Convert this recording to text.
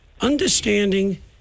understanding